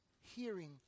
hearing